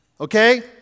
Okay